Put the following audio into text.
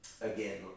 again